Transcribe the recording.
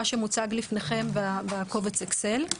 שמוצג לפניכם בקובץ האקסל.